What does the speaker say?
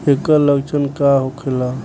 ऐकर लक्षण का होखेला?